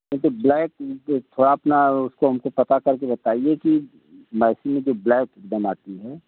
क्योंकि ब्लैक थोड़ा अपना हमको हमको पता कर के बताइए कि मैसिम जो ब्लैक बनाती है